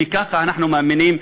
וככה אנחנו מאמינים,